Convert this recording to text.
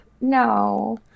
No